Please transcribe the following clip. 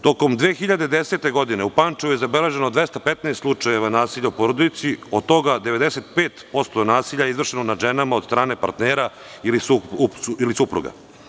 Tokom 2010. godine u Pančevu je zabeleženo 215 slučajeva nasilja u porodica, a od toga 95% nasilja je izvršeno nad ženama od strane partnera ili supruga.